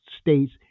states